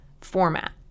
format